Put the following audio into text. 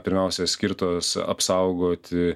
pirmiausia skirtos apsaugoti